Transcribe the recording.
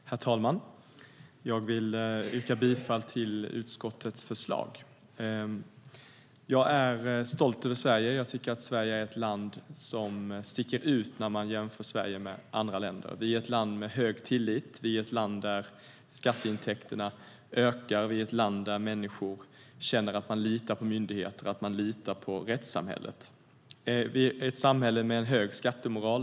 Herr talman! Jag vill yrka bifall till utskottets förslag. Jag är stolt över Sverige. Jag tycker att Sverige är ett land som sticker ut när man jämför med andra länder. Vi är ett land med hög tillit. Vi är ett land där skatteintäkterna ökar. Vi är ett land där människor litar på myndigheter och på rättssamhället. Vi är ett samhälle med hög skattemoral.